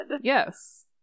Yes